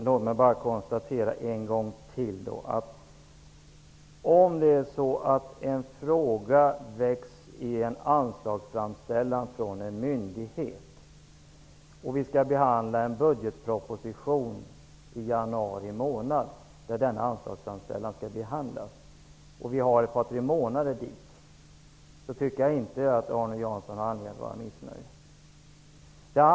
Herr talman! När en fråga har väckts i en anslagsframställan från en myndighet, och denna anslagsframställan skall behandlas i samband med att budgetpropositionen läggs fram i januari månad, tycker jag inte att Arne Jansson har anledning att vara missnöjd.